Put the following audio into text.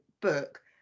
book